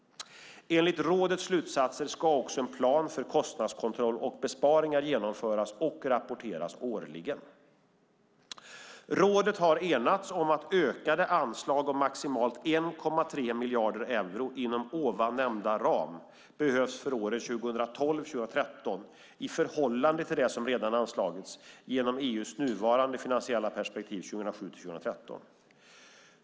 Enligt rådets slutsatser ska också en plan för kostnadskontroll och besparingar genomföras och rapporteras årligen. Rådet har enats om att ökade anslag om maximalt 1,3 miljarder euro inom ovan nämnda ram behövs för åren 2012-2013 i förhållande till det som redan har anslagits genom EU:s innevarande finansiella perspektiv 2007-2013.